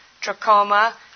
trachoma